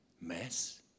mess